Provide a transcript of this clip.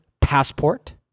passport